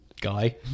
guy